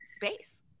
base